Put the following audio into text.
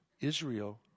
Israel